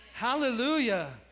Hallelujah